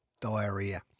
Diarrhea